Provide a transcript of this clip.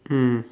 mm